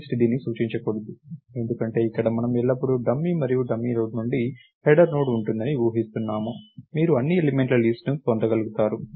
myList దీన్ని సూచించకూడదు ఎందుకంటే ఇక్కడ మనము ఎల్లప్పుడూ డమ్మీ మరియు డమ్మీ నోడ్ నుండి హెడర్ నోడ్ ఉంటుందని ఊహిస్తున్నాము మీరు అన్ని ఎలిమెంట్ల లిస్ట్ ను పొందగలుగుతారు